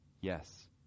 Yes